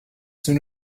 soon